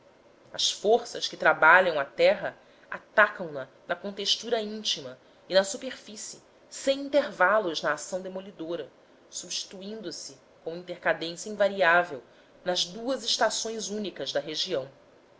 as forças que trabalham a terra atacam na na contextura íntima e na superfície sem intervalos na ação demolidora substituindo se com intercadência invariável nas duas estações únicas da região